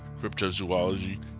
cryptozoology